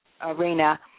arena